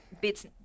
bits